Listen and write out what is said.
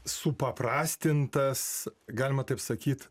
supaprastintas galima taip sakyt